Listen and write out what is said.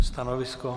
Stanovisko?